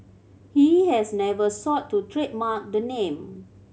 he has never sought to trademark the name